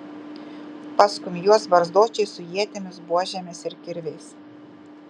paskum juos barzdočiai su ietimis buožėmis ir kirviais